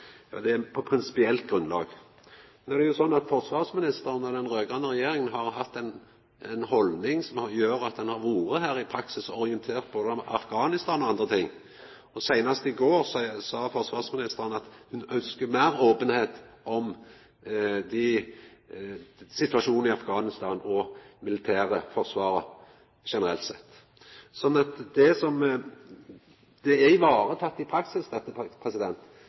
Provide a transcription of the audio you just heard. og det er på prinsipielt grunnlag. No er det jo sånn at forsvarsministeren og den raud-grøne regjeringa har hatt ei haldning som gjer at ein i praksis har vore her og orientert, både om Afghanistan og andre ting. Seinast i går sa forsvarsministeren at ho ønskjer meir openheit om situasjonen i Afghanistan, og om militæret og forsvaret generelt sett. Så dette er teke vare på i praksis,